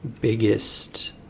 biggest